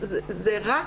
זה רק